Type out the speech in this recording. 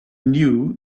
knew